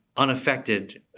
unaffected